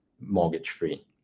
mortgage-free